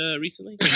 recently